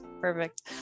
perfect